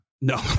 No